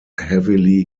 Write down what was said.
heavily